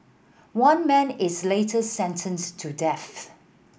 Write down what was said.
one man is later sentenced to death